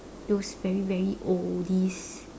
those very very oldies